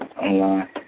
online